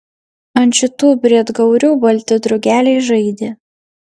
ant šitų briedgaurių balti drugeliai žaidė